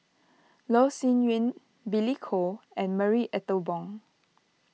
Loh Sin Yun Billy Koh and Marie Ethel Bong